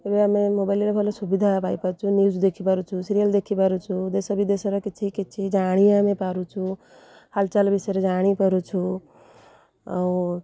ଏବେ ଆମେ ମୋବାଇଲ୍ରେ ଭଲ ସୁବିଧା ପାଇପାରୁଛୁ ନ୍ୟୁଜ୍ ଦେଖିପାରୁଛୁ ସିରିଏଲ୍ ଦେଖିପାରୁଛୁ ଦେଶ ବିଦେଶରେ କିଛି କିଛି ଜାଣି ଆମେ ପାରୁଛୁ ହାଲଚାଲ୍ ବିଷୟରେ ଜାଣିପାରୁଛୁ ଆଉ